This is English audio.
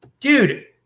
Dude